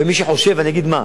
ומי שחושב, אני אגיד מה.